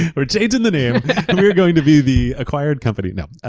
but changing the name. weaeurre going to be the acquired company. no.